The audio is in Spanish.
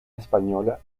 española